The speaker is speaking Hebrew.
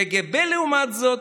הקג"ב לעומת זאת